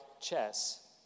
chess